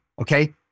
okay